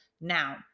Now